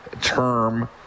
term